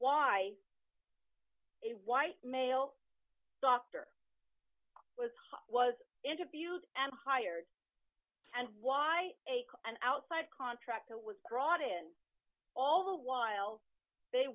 why a white male doctor was hot was interviewed and hired and why an outside contractor was brought in all the while they